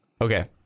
Okay